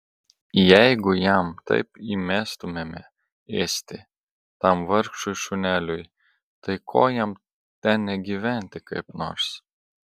jeigu jam taip įmestumėme ėsti tam vargšui šuneliui tai ko jam ten negyventi kaip nors